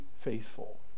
faithful